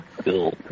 built